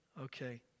Okay